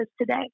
today